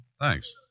Thanks